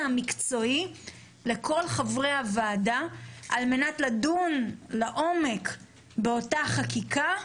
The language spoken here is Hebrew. המקצועי לכל חברי הוועדה על מנת לדון לעומק באותה חקיקה,